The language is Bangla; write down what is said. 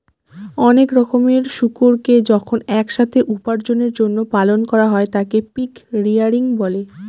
অনেক রকমের শুকুরকে যখন এক সাথে উপার্জনের জন্য পালন করা হয় তাকে পিগ রেয়ারিং বলে